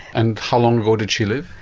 and how long ago did she live?